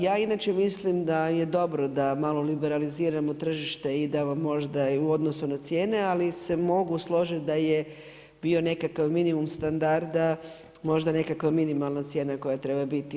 Ja inače mislim da je dobro da malo liberaliziramo tržište i da vam možda i u odnosu na cijene, ali se mogu složiti da je bio nekakav minimum standarda, možda nekakva minimalna cijena koja treba biti.